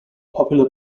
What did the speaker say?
popular